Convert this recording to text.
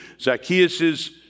Zacchaeus